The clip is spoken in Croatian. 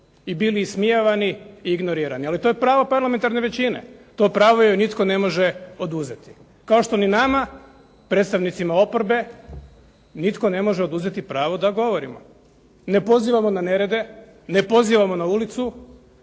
i bili ismijavani i ignorirani, ali to je pravo parlamentarne većina. To pravo joj nitko ne može oduzeti, kao što ni nama predstavnicima oporbe nitko ne može oduzeti pravo da govorimo. Ne pozivamo na nerede, ne pozivamo na ulicu,